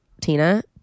Tina